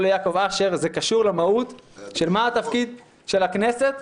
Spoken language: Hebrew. לא ליעקב אשר זה קשור למהות של מה התפקיד של הכנסת.